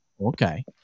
Okay